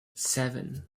seven